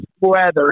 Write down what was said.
weather